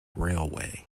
railway